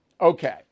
Okay